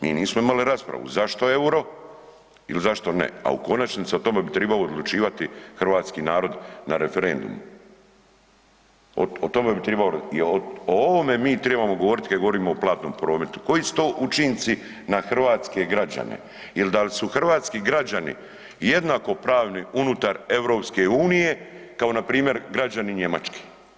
Mi nismo imali raspravu zašto euro ili zašto ne, a u konačnici o tome bi trebao odlučivati hrvatski narod na referendumu, o ovome mi trebamo govoriti kada govorimo o platnom prometu, koji su to učinci na hrvatske građane ili da li su hrvatski građani jednakopravni unutar EU kao npr. građani Njemačke.